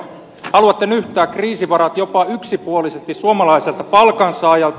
haluatte nyhtää kriisivarat jopa yksipuolisesti suomalaiselta palkansaajalta